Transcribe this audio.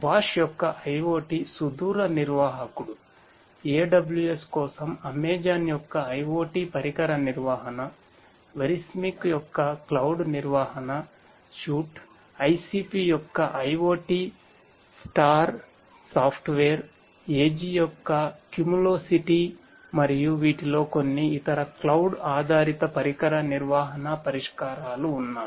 Bosch ఆధారిత పరికర నిర్వహణ పరిష్కారాలు ఉన్నాయి